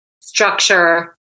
structure